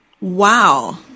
Wow